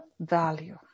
value